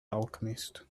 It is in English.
alchemist